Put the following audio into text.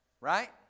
right